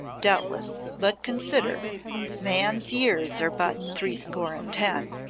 doubtless, but consider man's years are but threescore and ten!